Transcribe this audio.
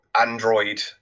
Android